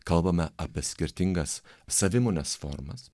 kalbame apie skirtingas savimonės formas